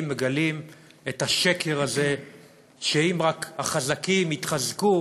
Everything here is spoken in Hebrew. מגלים את השקר הזה שאם רק החזקים יתחזקו,